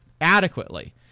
adequately